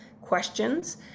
questions